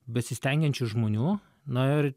besistengiančių žmonių na ir